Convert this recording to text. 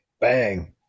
Bang